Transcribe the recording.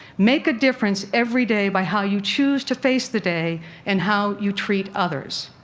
make a difference everyday by how you choose to face the day and how you treat others.